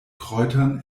kräutern